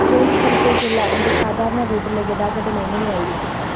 ജോലിസ്ഥലത്തേക്കുള്ള എൻ്റെ സാധാരണ റൂട്ടിലെ ഗതാഗതം എങ്ങനെയായിരിക്കും